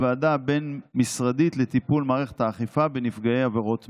הוועדה הבין-משרדית לטיפול במערכת האכיפה בנפגעי עבירות מין.